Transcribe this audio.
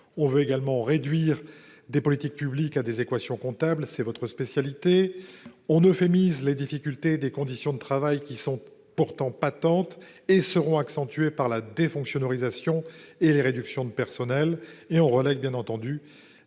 On veut également réduire des politiques publiques à des équations comptables. C'est votre spécialité ! On euphémise les difficultés des conditions de travail, qui sont pourtant patentes et qu'accentueront encore la défonctionnarisation et les réductions de personnel. On relègue, bien entendu,